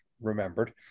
remembered